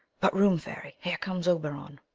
but room, fairy, here comes oberon.